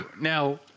now